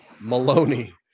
Maloney